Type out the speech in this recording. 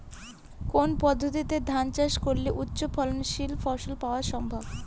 কোন পদ্ধতিতে ধান চাষ করলে উচ্চফলনশীল ফসল পাওয়া সম্ভব?